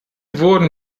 wurden